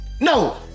No